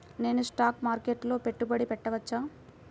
నేను స్టాక్ మార్కెట్లో పెట్టుబడి పెట్టవచ్చా?